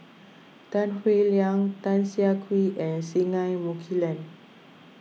Tan Howe Liang Tan Siah Kwee and Singai Mukilan